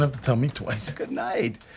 um to tell me twice. good night!